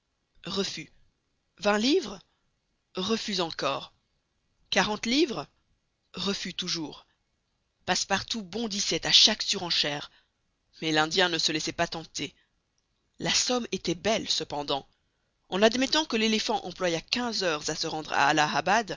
refus vingt livres refus encore quarante livres refus toujours passepartout bondissait à chaque surenchère mais l'indien ne se laissait pas tenter la somme était belle cependant en admettant que l'éléphant employât quinze heures à se rendre à